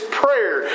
prayer